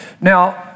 Now